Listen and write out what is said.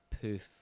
poof